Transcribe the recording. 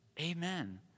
Amen